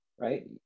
right